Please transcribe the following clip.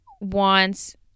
wants